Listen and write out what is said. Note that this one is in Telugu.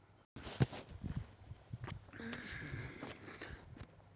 నాకు బ్యాంకులో కే.వై.సీ అబ్రివేషన్ అంటే ఏంటి కే.వై.సీ ని ఎలా అప్లై చేసుకోవాలి దానికి ఏ పత్రాలు కావాలి?